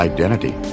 Identity